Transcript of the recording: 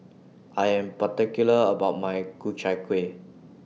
I Am particular about My Ku Chai Kuih